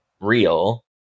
real